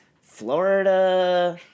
Florida